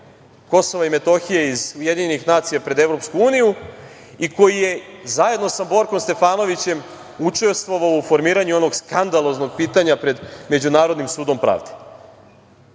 Kosova i Metohije iz UN pred EU, i koji je zajedno sa Borkom Stefanovićem učestvovao u formiranju onog skandaloznog pitanja pred Međunarodnim sudom pravde. Na